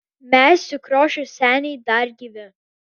mes sukriošę seniai dar gyvi